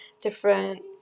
different